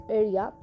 area